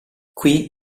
qui